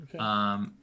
Okay